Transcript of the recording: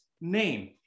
name